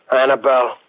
Annabelle